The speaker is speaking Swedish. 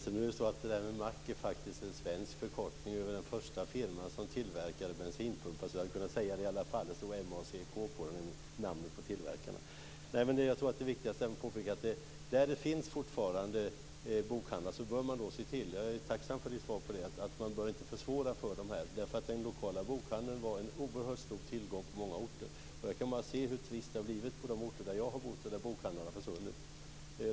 Fru talman! Ordet "mack" är faktiskt en svensk kortform för den första firma som tillverkade bensinpumpar. Det ordet kan vi alltså använda. Tillverkarnamnet Mack var angivet på pumparna. Det viktigaste att påpeka är att man där det fortfarande finns bokhandlar inte bör försvåra förhållandena för dem. Jag är tacksam för beskedet på den punkten. Den lokala bokhandeln har varit en oerhört stor tillgång på många orter. Jag har på orter där jag har bott sett hur trist det har blivit när bokhandlarna har försvunnit.